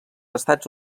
estats